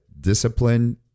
discipline